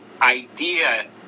idea